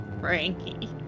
Frankie